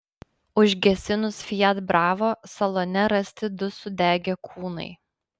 užgesinus fiat bravo salone rasti du sudegę kūnai